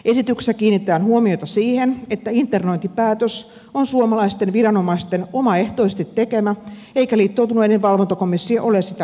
esityksessä kiinnitetään huomiota siihen että internointipäätös on suomalaisten viranomaisten omaehtoisesti tekemä eikä liittoutuneiden valvontakomissio ole sitä vaatinut